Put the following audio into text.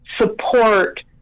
support